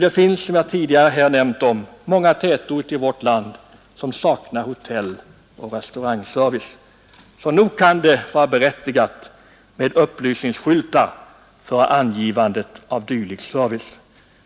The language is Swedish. Det finns, som jag tidigare nämnt, många tätorter i vårt land som saknar hotelloch restaurangservice, så nog kan det vara berättigat med upplysningsskyltar för angivandet av dylik service.